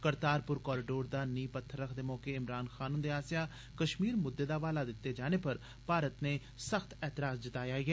Kartarpur corridor दा नींह पत्थर रखदे मौके इमरान खान हृंदे आसेआ कश्मीर मुद्दे दा हवाला दिते जाने पर भारत नै सख्त एतराज जताया ऐ